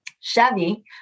Chevy